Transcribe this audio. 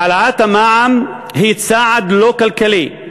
העלאת המע"מ היא צעד לא כלכלי.